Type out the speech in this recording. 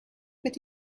but